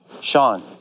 Sean